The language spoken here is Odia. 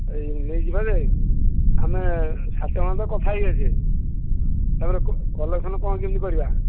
ନେଇଯିବା ଯେ ଆମେ ସାତ ଜଣ ତ କଥା ହୋଇଯାଇଛେ ତା'ପରେ କଲେକ୍ସନ୍ କ'ଣ କେମିତି କରିବା